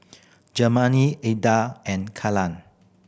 Germane Eda and